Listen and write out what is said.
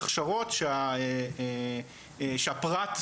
הכשרות שהפרט,